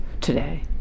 today